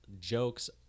jokes